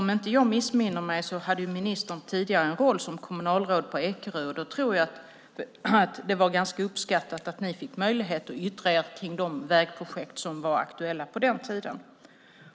Om jag inte missminner mig var ministern tidigare kommunalråd på Ekerö, och det var säkert uppskattat att man fick möjlighet att yttra sig om de vägprojekt som var aktuella på den tiden.